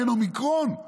אין אומיקרון?